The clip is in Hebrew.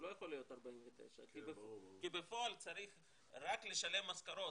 הוא לא יכול להיות 49 כי בפועל צריך רק לשלם משכורות,